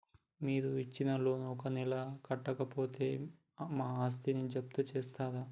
మీరు ఇచ్చిన లోన్ ను ఒక నెల కట్టకపోతే మా ఆస్తిని జప్తు చేస్తరా?